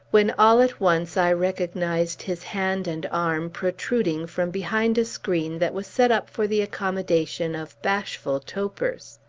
when, all at once, i recognized his hand and arm protruding from behind a screen that was set up for the accommodation of bashful topers.